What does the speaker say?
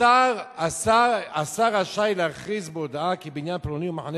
אומר שהשר רשאי להכריז בהודעה כי בניין פלוני או מחנה